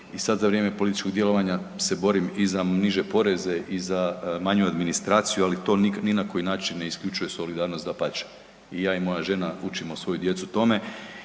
i sada za vrijeme političkog djelovanja se borim i za niže poreze i za manju administraciju, ali to ni na koji način ne isključuje solidarnost, dapače. I ja i moja žena učimo svoju djecu tome